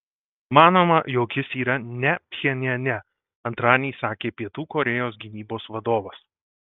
manoma jog jis yra ne pchenjane antradienį sakė pietų korėjos gynybos vadovas